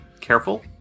careful